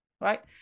Right